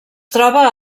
troba